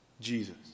Jesus